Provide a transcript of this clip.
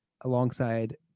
alongside